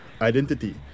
Identity